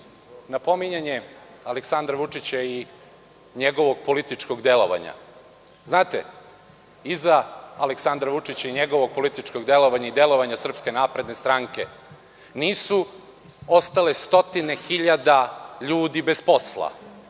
napominjanje Aleksandra Vučića i njegovog političkog delovanja… Znate, iza Aleksandra Vučića i njegovog političkog delovanja i delovanja SNS nisu ostale stotine hiljada ljudi bez posla,